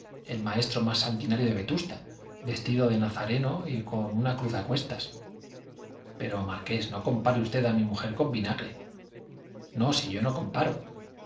el maestro más sanguinario de vetusta vestido de nazareno y con una cruz a cuestas pero marqués no compare usted a mi mujer con vinagre no si yo no comparo